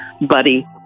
buddy